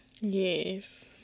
Yes